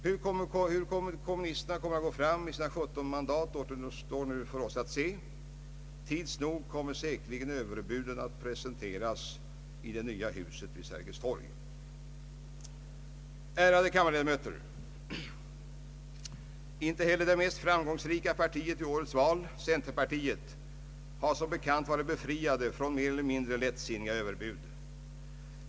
Hur kommunisterna kommer att gå fram med sina 17 mandat återstår nu för oss att se. Tids nog kommer säkerligen överbuden att presenteras i det nya huset vid Sergels torg. Ärade kammarledamöter! Inte heller det mest framgångsrika partiet vid årets val —— centerpartiet — har som bekant varit befriat från mer eller mindre lättsinniga överbud.